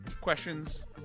questions